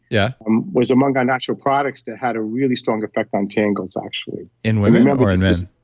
yeah um was among our natural products that had a really strong effect on tangles actually in women or in men?